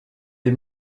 des